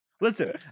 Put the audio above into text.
listen